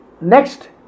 Next